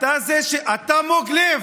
אתה מוג לב.